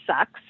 sucks